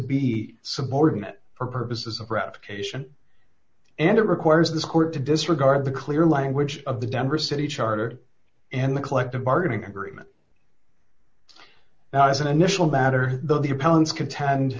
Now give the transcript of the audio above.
be subordinate for purposes of ratification and it requires this court to disregard the clear language of the denver city charter and the collective bargaining agreement now as an initial matter though the appellant's contend